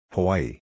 Hawaii